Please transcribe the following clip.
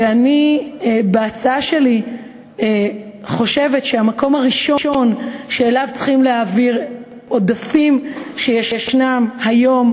ואני חושבת שהמקום הראשון שאליו צריכים להעביר עודפים שיש היום,